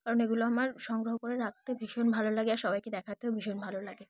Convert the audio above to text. কারণ এগুলো আমার সংগ্রহ করে রাখতে ভীষণ ভালো লাগে আর সবাইকে দেখাতেও ভীষণ ভালো লাগে